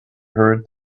heard